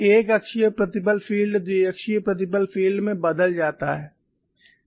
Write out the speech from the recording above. एक एक अक्षीय प्रतिबल फील्ड द्विअक्षीय प्रतिबल फील्ड में बदल जाता है